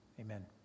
Amen